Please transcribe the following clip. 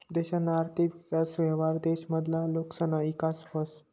देशना आर्थिक विकास व्हवावर देश मधला लोकसना ईकास व्हस